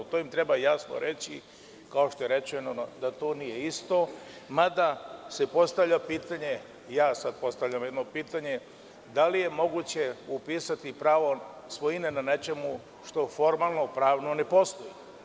To im treba jasno reći kao što je rečeno da to nije isto, mada se postavlja pitanje, da li je moguće upisati pravo svojine na nečemu što formalno i pravno ne postoji.